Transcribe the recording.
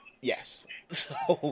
Yes